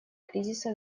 кризиса